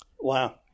Wow